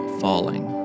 falling